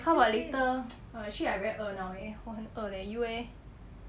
how about later actually I very 饿 now leh 我很饿 leh you eh